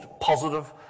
positive